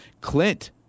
Clint